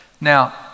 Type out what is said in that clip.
Now